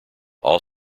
all